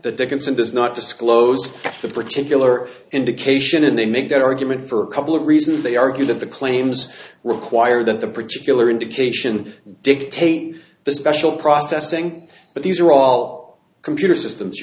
some does not disclose the particular indication and they make that argument for a couple of reasons they argue that the claims require that the particular indication dictate the special processing but these are all computer systems